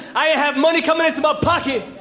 i have money coming into my pocket.